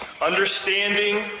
understanding